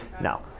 No